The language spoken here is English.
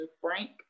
Frank